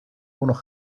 unos